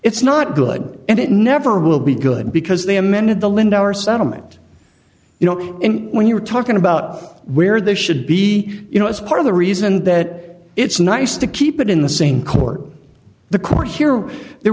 it's not good and it never will be good because they amended the lindauer settlement you know when you're talking about where there should be you know as part of the reason that it's nice to keep it in the same court the